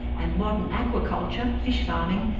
and modern aquaculture, fish farming,